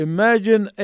Imagine